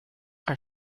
are